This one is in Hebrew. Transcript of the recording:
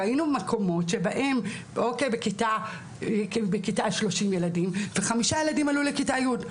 ראינו מקומות שבהם בכיתה 30 ילדים וחמישה ילדים עלו לכיתה י',